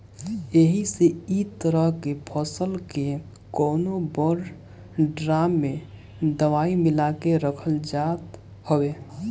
एही से इ तरह के फसल के कवनो बड़ ड्राम में दवाई मिला के रखल जात हवे